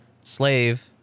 slave